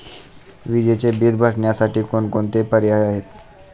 विजेचे बिल भरण्यासाठी कोणकोणते पर्याय आहेत?